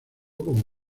como